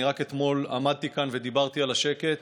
אני רק אתמול עמדתי כאן ודיברתי על השקט,